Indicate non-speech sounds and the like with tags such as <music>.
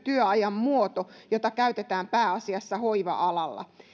<unintelligible> työajan muoto jota käytetään pääasiassa hoiva alalla